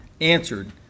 answered